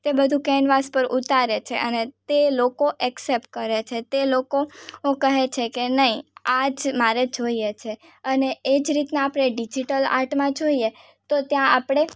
તે બધું કેનવાસ પર ઉતારે છે અને તે લોકો એક્સેપ્ટ કરે છે તે લોકો કહે છે કે નહીં આ જ મારે જોઈએ છે અને એજ રીતના આપણે ડિઝિટલ આર્ટમાં જોઈએ તો ત્યાં આપણે